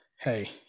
hey